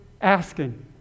Asking